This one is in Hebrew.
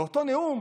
באותו נאום